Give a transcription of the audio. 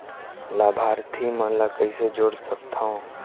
लाभार्थी मन ल कइसे जोड़ सकथव?